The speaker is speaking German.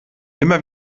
immer